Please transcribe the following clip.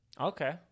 Okay